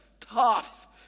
tough